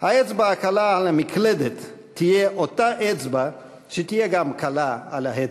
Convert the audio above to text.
האצבע הקלה על המקלדת תהיה אותה אצבע שתהיה גם קלה על ההדק.